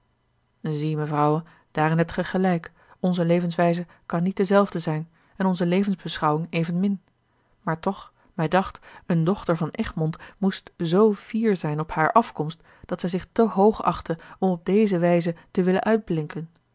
zie mevrouwe daarin hebt gij gelijk onze levenswijze kan niet dezelfde zijn en onze levensbeschouwing evenmin maar toch mij dacht eene dochter van egmond moest zoo fier zijn op hare afkomst dat zij zich te hoog achtte om op deze wijze te willen uitblinken